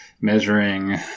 measuring